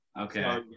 okay